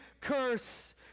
curse